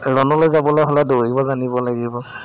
ৰণলৈ যাবলে হ'লে দৌৰিব জানিব লাগিব